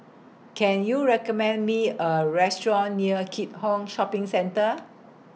Can YOU recommend Me A Restaurant near Keat Hong Shopping Centre